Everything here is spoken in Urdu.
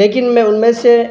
لیکن میں ان میں سے